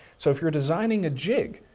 so if you're designing a jig,